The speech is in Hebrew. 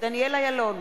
דניאל אילון,